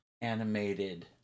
animated